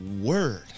Word